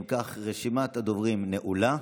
אם כך, רשימת הדוברים נעולה.